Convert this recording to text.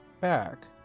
back